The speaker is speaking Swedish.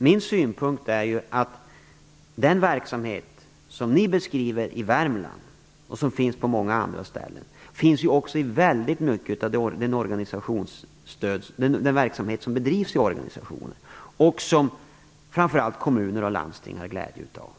Min synpunkt är att den verksamhet som ni beskriver i Värmland, och som finns på många andra ställen, också finns i den verksamhet som bedrivs i organisationer och som framför allt kommuner och landsting har glädje av.